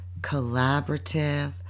Collaborative